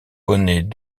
bonnet